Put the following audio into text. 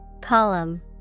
Column